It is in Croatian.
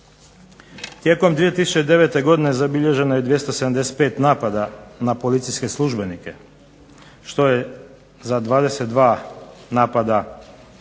Tijekom 2009. godine zabilježeno je i 275 napada na policijske službenike što je za 22 napada više